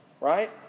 Right